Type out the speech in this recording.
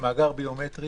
שמאגר ביומטרי